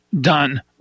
done